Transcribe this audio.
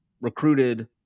recruited